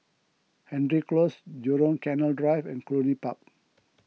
Hendry Close Jurong Canal Drive and Cluny Park